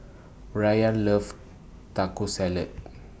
Brayan loves Taco Salad